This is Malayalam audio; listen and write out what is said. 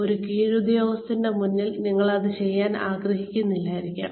ഒരു കീഴുദ്യോഗസ്ഥന്റെ മുന്നിൽ നിങ്ങൾ അത് ചെയ്യാൻ ആഗ്രഹിക്കുന്നില്ലായിരിക്കാം